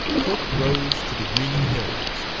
cope rose to the greening hills,